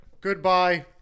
Goodbye